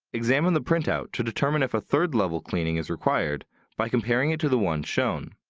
examine the printout to determine if a third level cleaning is required by comparing it to the one shown.